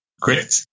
Great